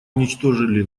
уничтожили